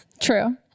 true